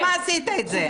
למה עשית את זה?